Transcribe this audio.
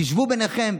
תשבו ביניכם,